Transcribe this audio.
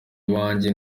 iwanjye